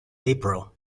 april